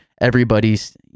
everybody's